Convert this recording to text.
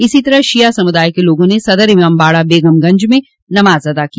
इसी तरह शिया समुदाय के लोगों ने सदर इमामबाड़ा बेगमगंज में नमाज अदा की